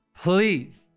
Please